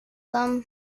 them